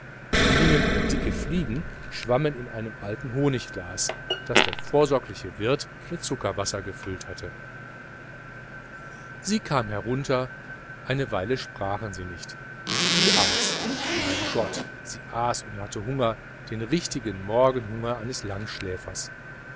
bienen und dicke fliegen schwammen in einem alten honigglas das der vorsorgliche wirt mit zuckerwasser gefüllt hatte sie kam herunter eine weile sprachen sie nicht sie aß mein gott sie aß und hatte hunger den richtigen morgenhunger des langschläfers